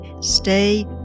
stay